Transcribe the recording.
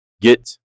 get